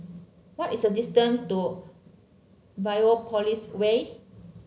what is the distance to Biopolis Way